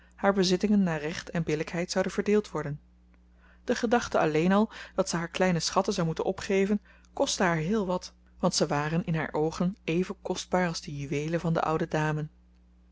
haar bezittingen naar recht en billijkheid zouden verdeeld worden de gedachte alleen dat ze haar kleine schatten zou moeten opgeven kostte haar heel wat want ze waren in haar oogen even kostbaar als de juweelen van de oude dame